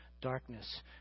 darkness